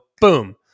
boom